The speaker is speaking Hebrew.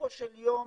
בסופו של יום,